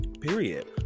period